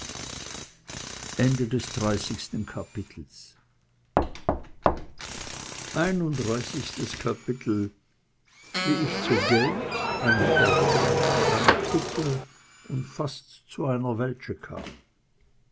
wie ich zu geld einem erbe einer kutte und fast zu einer weltsche kam